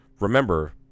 Remember